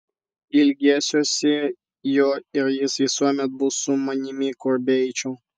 ilgėsiuosi jo ir jis visuomet bus su manimi kur beeičiau